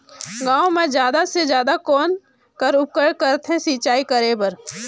गांव म जादा से जादा कौन कर उपयोग करथे सिंचाई करे बर?